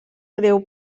greu